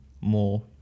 more